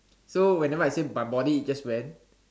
so whenever I my body itches when